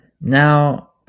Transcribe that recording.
Now